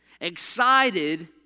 excited